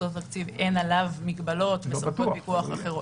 יסודות התקציב אין עליו מגבלות וסמכויות פיקוח אחרות.